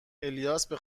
الیاس، به